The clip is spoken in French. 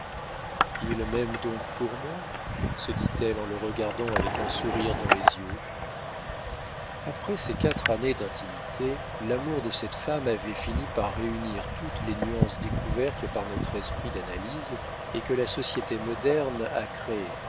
il m'aime donc pour moi se dit-elle en le regardant avec un sourire dans les yeux après ces quatre années d'intimité l'amour de cette femme avait fini par réunir toutes les nuances découvertes par notre esprit d'analyse et que la société moderne a créées